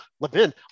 Levin